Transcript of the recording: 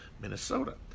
Minnesota